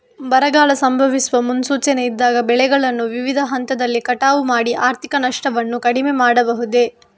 ಬರಗಾಲ ಸಂಭವಿಸುವ ಮುನ್ಸೂಚನೆ ಇದ್ದಾಗ ಬೆಳೆಗಳನ್ನು ವಿವಿಧ ಹಂತದಲ್ಲಿ ಕಟಾವು ಮಾಡಿ ಆರ್ಥಿಕ ನಷ್ಟವನ್ನು ಕಡಿಮೆ ಮಾಡಬಹುದೇ?